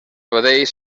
sabadell